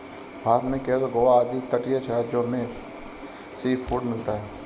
भारत में केरल गोवा आदि तटीय राज्यों में सीफूड मिलता है